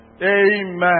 Amen